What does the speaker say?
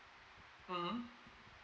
mmhmm